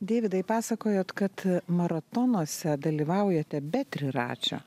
deividai pasakojot kad maratonuose dalyvaujate be triračio